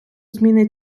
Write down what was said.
зміни